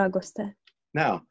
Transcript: Now